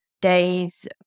days